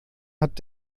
hat